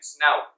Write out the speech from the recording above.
Now